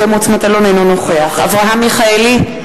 אינו נוכח אברהם מיכאלי,